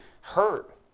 hurt